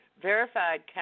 verified